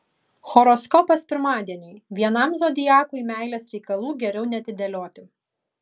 horoskopas pirmadieniui vienam zodiakui meilės reikalų geriau neatidėlioti